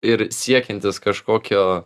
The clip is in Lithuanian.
ir siekiantis kažkokio